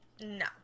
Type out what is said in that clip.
No